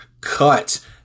cut